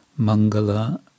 Mangala